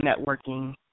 networking